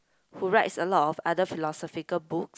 who writes a lot of other philosophical books